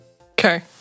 Okay